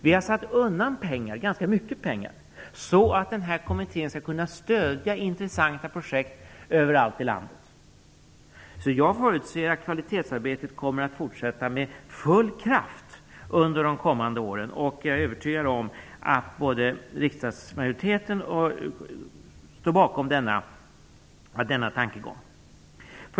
Vi har satt undan ganska mycket pengar, så att den här kommittén skall kunna stödja intressanta projekt överallt i landet. Jag förutser att kvalitetsarbetet kommer att fortsätta med full kraft under de kommande åren, och jag är övertygad om att riksdagsmajoriteten står bakom denna tankegång.